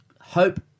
hope